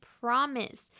promise